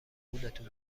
گولتون